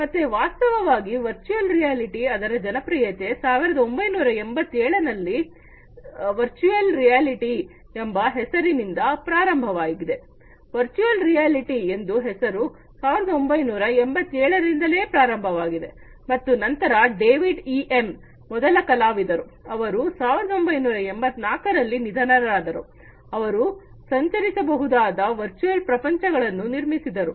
ಮತ್ತೆ ವಾಸ್ತವವಾಗಿ virtual reality ಅದರ ಜನಪ್ರಿಯತೆ 1987 ರಲ್ಲಿ ವರ್ಚುಯಲ್ ರಿಯಾಲಿಟಿ ಎಂಬ ಹೆಸರಿನಿಂದ ಪ್ರಾರಂಭವಾಗಿದೆ ವರ್ಚುಯಲ್ ರಿಯಾಲಿಟಿ ಎಂಬ ಹೆಸರು1987 ನಿಂದಲೇ ಪ್ರಾರಂಭವಾಗಿದೆ ಮತ್ತು ನಂತರ ಡೇವಿಡ್ ಇಎಂ ಮೊದಲ ಕಲಾವಿದರು ಅವರು 1984 ರಲ್ಲಿ ನಿಧನರಾದರು ಅವರು ಸಂಚರಿಸಬಹುದಾದ ವರ್ಚುವಲ್ ಪ್ರಪಂಚಗಳನ್ನು ನಿರ್ಮಿಸಿದರು